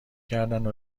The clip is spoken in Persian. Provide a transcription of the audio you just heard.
کردنو